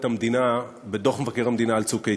המדינה בדוח מבקר המדינה על "צוק איתן".